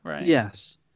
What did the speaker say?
Yes